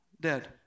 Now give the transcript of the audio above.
dead